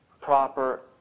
proper